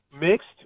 mixed